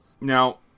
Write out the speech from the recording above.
Now